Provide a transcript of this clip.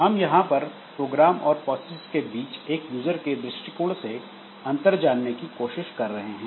हम यहां पर प्रोग्राम और प्रोसेस के बीच एक यूजर के दृष्टिकोण से अंतर जानने की कोशिश कर रहे हैं